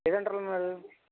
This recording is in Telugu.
ఏ సెంటర్లో ఉన్నారు